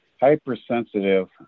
hypersensitive